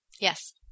Yes